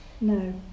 No